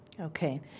Okay